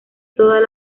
todas